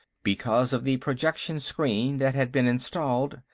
because of the projection screen that had been installed,